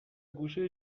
گوشه